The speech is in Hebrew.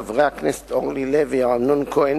חברי הכנסת אורלי לוי ואמנון כהן